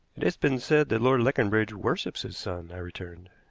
it has been said that lord leconbridge worships his son, i returned.